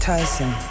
Tyson